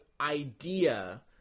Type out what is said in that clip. idea